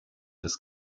des